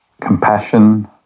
compassion